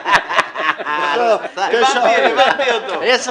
הבנתי אותו.